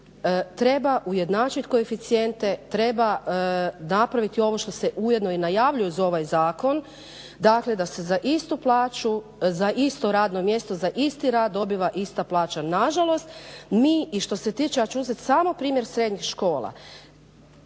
treba ujednačiti koeficijente, treba napravi ovo što se ujedno i najavljuje uz ovaj zakon dakle da se za istu plaću, za isto radno mjesto, za isti rad dobiva ista plaća. Nažalost mi, i što se tiče, ja ću uzeti samo primjer srednjih škola,